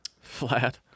Flat